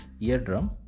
eardrum